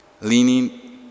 leaning